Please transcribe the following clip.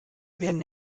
werden